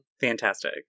Fantastic